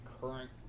current